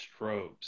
strobes